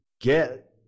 get